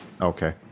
okay